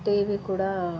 TV ಕೂಡ